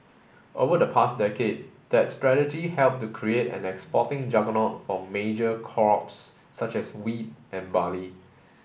over the past decade that strategy helped to create an exporting juggernaut for major crops such as wheat and barley